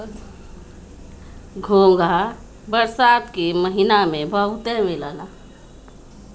घोंघा बरसात के महिना में बहुते मिलला